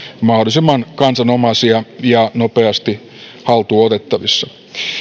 mahdollisimman kansanomaisia ja nopeasti haltuun otettavissa